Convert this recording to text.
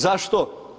Zašto?